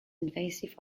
invasive